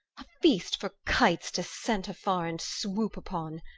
a feast for kites to scent afar and swoop upon.